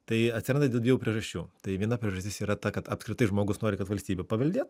tai atsiranda dėl dviejų priežasčių tai viena priežastis yra ta kad apskritai žmogus nori kad valstybė paveldėt